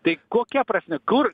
tai kokia prasmė kur